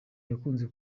yakunze